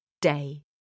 day